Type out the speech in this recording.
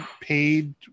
paid